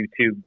YouTube